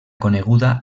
coneguda